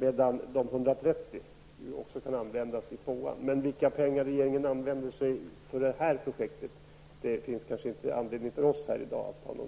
1, medan de resterande 130 miljonerna kan användas även i stödområde 2. Men vilka pengar som skall användas för det här projektet kanske det inte finns anledning att diskutera här i dag.